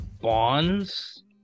Bonds